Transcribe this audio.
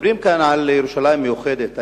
מדברים כאן על ירושלים מאוחדת.